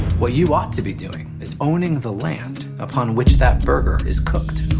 what you want to be doing, is owning the land upon which that burger is cooked.